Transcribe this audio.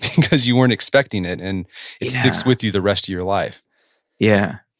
because you weren't expecting it, and it sticks with you the rest of your life yeah